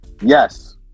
yes